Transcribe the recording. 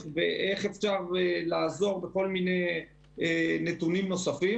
ואיך אפשר לעזור בכל מיני נתונים נוספים.